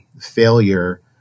failure